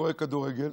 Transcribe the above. רואה כדורגל,